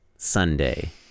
Sunday